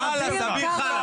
--- חלאס, אביר.